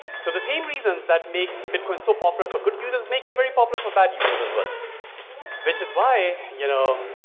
so the same reasons that make bit coin so popular for good users make it very popular for bad users as well which is why you know,